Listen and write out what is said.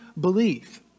belief